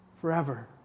forever